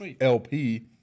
LP